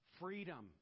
freedom